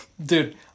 Dude